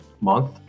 month